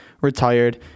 retired